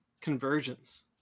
Convergence